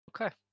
Okay